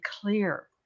clear